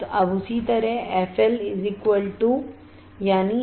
अब उसी तरह fL 1 2πR2C2